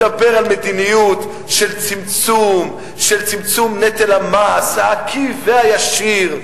מדבר על מדיניות של צמצום נטל המס העקיף והישיר.